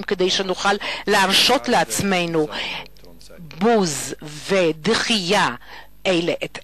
מכדי שנוכל להרשות לעצמנו בוז ודחייה של אלה את אלה.